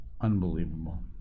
Unbelievable